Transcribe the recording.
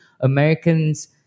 americans